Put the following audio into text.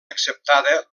acceptada